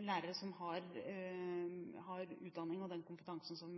lærere som har utdanning og den kompetansen som